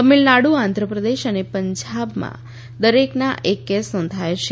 તમિલનાડુ આંધ્રપ્રદેશ અને પંજાબમાં દરેકમાં એક કેસ નોંધાયો છે